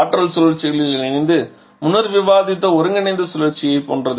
ஆற்றல் சுழற்சிகளில் இணைந்து முன்னர் விவாதித்த ஒருங்கிணைந்த சுழற்சியைப் போன்றது